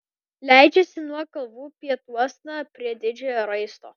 leidžiasi nuo kalvų pietuosna prie didžiojo raisto